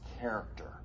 character